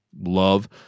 love